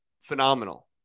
Phenomenal